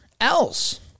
else